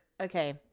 Okay